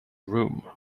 room